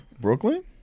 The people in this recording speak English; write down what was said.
Brooklyn